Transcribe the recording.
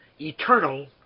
eternal